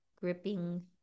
gripping